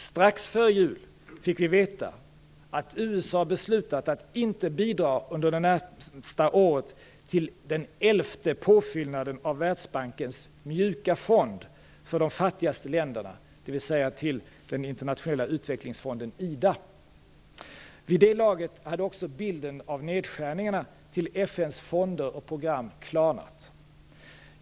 Strax före jul fick vi veta att USA beslutat att inte bidra under det närmaste året till den elfte påfyllnaden av Världsbankens "mjuka fond" för de fattigaste länderna, dvs. till Internationella utvecklingsfonden . Vid det laget hade också bilden av nedskärningarna till FN:s fonder och program klarnat.